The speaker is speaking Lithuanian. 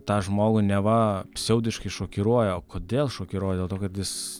tą žmogų neva pseudiškai šokiruoja o kodėl šokiruoja dėl to kad jis